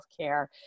healthcare